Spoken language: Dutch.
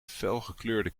felgekleurde